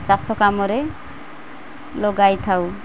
ଚାଷ କାମରେ ଲଗାଇଥାଉ